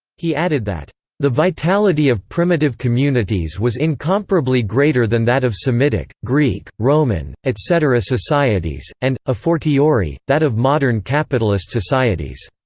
he added that the vitality of primitive communities was incomparably greater than that of semitic, greek, roman, etc. societies, and, a fortiori, that of modern capitalist societies.